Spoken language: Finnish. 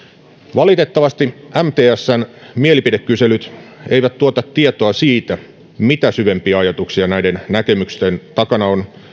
valitettavasti mtsn mielipidekyselyt eivät tuota tietoa siitä mitä syvempiä ajatuksia näiden näkemysten takana on